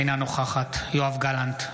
אינה נוכחת יואב גלנט,